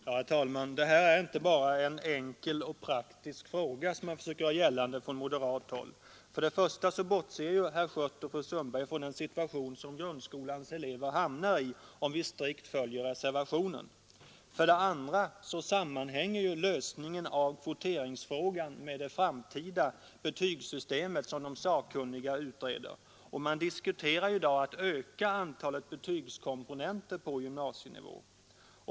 Herr talman! Det här är inte bara en ”enkel och praktisk fråga”, som man från moderathåll försöker göra gällande. För det första bortser herr Schött och fru Sundberg från den situation som grundskolans elever hamnar i om vi strikt följer reservationen. För det andra sammanhänger lösningen av kvoteringsfrågan med det framtida betygssystemet som de sakkunniga utreder, och man diskuterar i dag att öka antalet betygskomponenter på gymnasienivå.